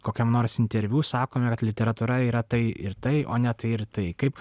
kokiam nors interviu sakome kad literatūra yra tai ir tai o ne tai ir tai kaip